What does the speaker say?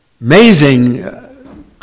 amazing